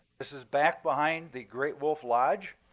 this is back behind the great wolf lodge,